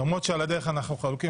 למרות שעל הדרך אנחנו חלוקים,